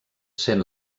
sent